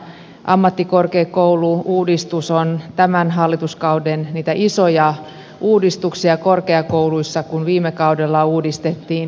ammattikorkeakoulu uudistus on tämän hallituskauden niitä isoja uudistuksia korkeakouluissa kun viime kaudella uudistettiin yliopistolainsäädäntö